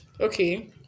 Okay